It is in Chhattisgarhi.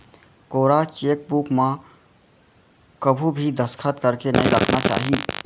कोरा चेकबूक म कभू भी दस्खत करके नइ राखना चाही